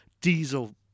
diesel